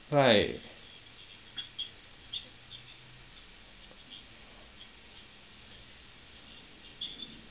right